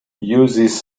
uses